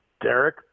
Derek